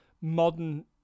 modern